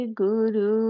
guru